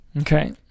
Okay